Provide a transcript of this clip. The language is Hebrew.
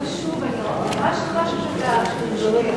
לקחת נושא חשוב ואני ממש חשה שזה משפיע.